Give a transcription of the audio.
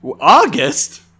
August